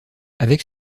avec